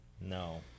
No